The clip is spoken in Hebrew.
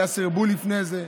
היה סרבול לפני זה,